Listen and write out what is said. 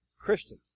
Christian